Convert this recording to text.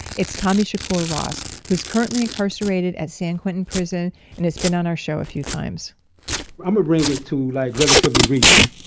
it's tommy shakur ross who's currently incarcerated at san quentin prison and has been on our show a few times i'mma bring it to like relatively recent.